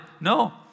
No